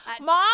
Mom